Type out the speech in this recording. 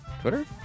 Twitter